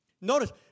Notice